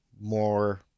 more